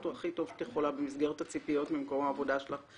את עושה אותו הכי טוב שאת יכולה במסגרת הציפיות ממקום העבודה שלך,